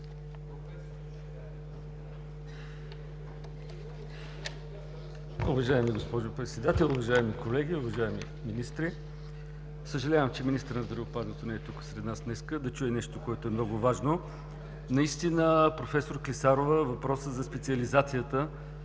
Уважаема госпожо Председател, уважаеми колеги, уважаеми министри! Съжалявам, че министърът на здравеопазването не е тук сред нас днес, да чуе нещо, което е много важно. Наистина, професор Клисарова, въпросът за специализацията